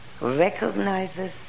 recognizes